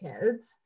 kids